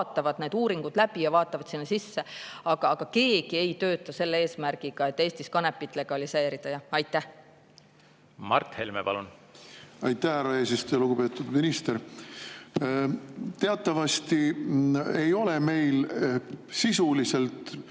vaatavad need uuringud läbi ja vaatavad sinna sisse. Aga keegi ei tööta selle eesmärgiga, et Eestis kanepit legaliseerida. Mart Helme, palun! Mart Helme, palun! Aitäh, härra eesistuja! Lugupeetud minister! Teatavasti ei ole meil sisuliselt